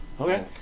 Okay